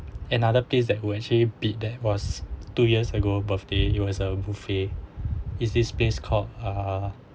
another place that will actually beat that was two years ago birthday it was a buffet is this place called ah